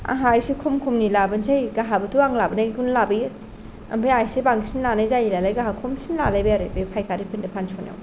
आंहा एसे खम खमनि लाबोनसै गावहाबोथ' आं लाबोनायखौनो लाबोयो ओमफाय आंहा एसे बांसिन लानाय जायो नालाय गावहा खमसिन लालायबाय आरो बे फायखारिफोरनो फानस' फिननायाव